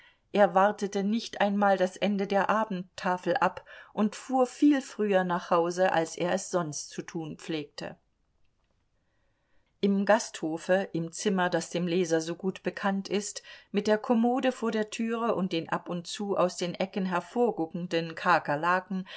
er wartete nicht einmal das ende der abendtafel ab und fuhr viel früher nach hause als er es sonst zu tun pflegte im gasthofe im zimmer das dem leser so gut bekannt ist mit der kommode vor der türe und den ab und zu aus den ecken hervorguckenden kakerlaken